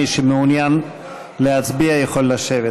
מי שמעוניין להצביע יכול לשבת.